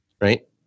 right